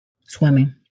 swimming